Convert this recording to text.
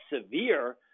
severe